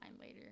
later